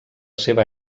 seva